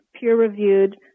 peer-reviewed